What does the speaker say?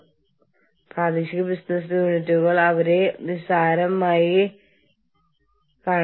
കൂടാതെ നിങ്ങൾ ഞങ്ങൾ പറയുന്നതിനോടൊപ്പം പ്രവർത്തിക്കുക